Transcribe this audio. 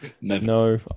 No